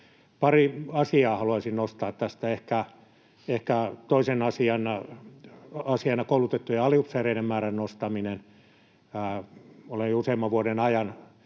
Pari asiaa haluaisin nostaa tästä, ehkä toisena asiana koulutettujen aliupseereiden määrän nostaminen. Olen jo useamman vuoden ajan